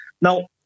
Now